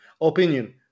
opinion